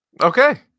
Okay